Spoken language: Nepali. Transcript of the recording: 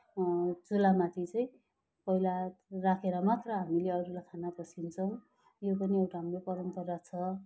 चुलामाथि चाहिँ पहिला राखेर मात्र हामीले अरूलाई खाना पस्किन्छौँ यो पनि एउटा हाम्रो परम्परा छ